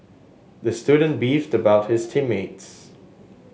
the student beefed about his team mates